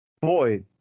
Boy